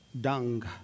Dung